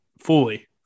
fully